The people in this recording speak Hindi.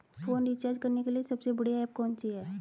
फोन रिचार्ज करने के लिए सबसे बढ़िया ऐप कौन सी है?